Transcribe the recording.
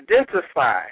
identify